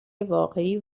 واقعی